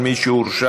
(מינוי מומחה מטעם בית המשפט),